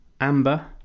amber